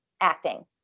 acting